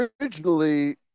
originally